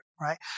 right